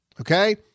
Okay